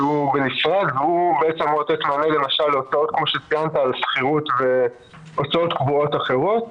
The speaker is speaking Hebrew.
שהוא בנפרד- -- כפי שציינת על שכירות והוצאות קבועות אחרות,